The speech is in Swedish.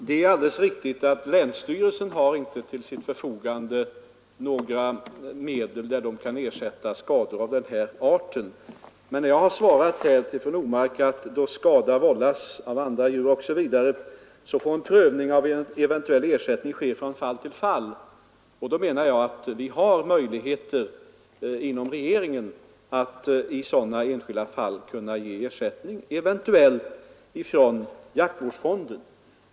Det är alldeles riktigt att länsstyrelsen inte har till sitt förfogande några medel för att ersätta skador av den här arten, men när jag har svarat fru Normark: ”Då skada vållas av andra djur” osv., ”får en prövning av eventuell ersättning ske från fall till fall”, menar jag därmed att vi har möjligheter inom regeringen att i sådana enskilda fall ge ersättning, eventuellt från jaktvårdsfonden.